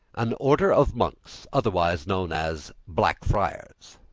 an order of monks otherwise known as black friars.